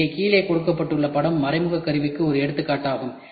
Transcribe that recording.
இங்கே கீழே கொடுக்கப்பட்டுள்ள படம் மறைமுக கருவிக்கு ஒரு எடுத்துக்காட்டு ஆகும்